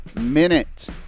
Minute